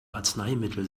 arzneimittel